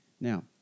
Now